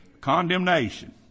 condemnation